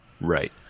Right